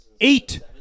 Eight